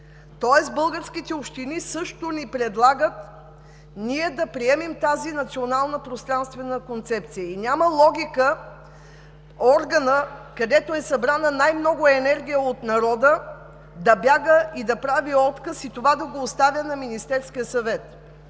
тоест българските общини също ни предлагат да приемем тази национална пространствена концепция. Няма логика органът, където е събрана най-много енергия от народа, да бяга и да прави отказ, и да оставя това на Министерския съвет.